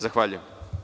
Zahvaljujem.